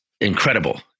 incredible